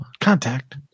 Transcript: Contact